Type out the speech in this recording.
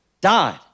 died